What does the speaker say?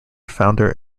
founder